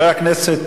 חבר הכנסת